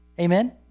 Amen